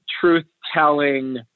truth-telling